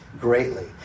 greatly